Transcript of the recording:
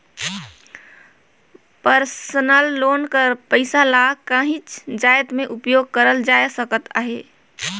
personal loan कर पइसा ल काहींच जाएत में उपयोग करल जाए सकत अहे